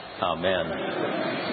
amen